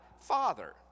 Father